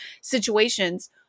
situations